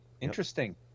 Interesting